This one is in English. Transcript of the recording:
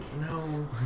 No